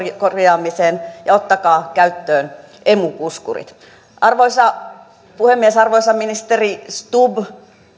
korjaamiseen ja ottakaa käyttöön emu puskurit arvoisa puhemies arvoisa ministeri stubb